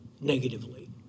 negatively